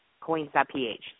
Coins.ph